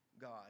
God